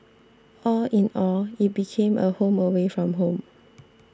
all in all it became a home away from home